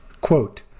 Quote